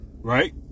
right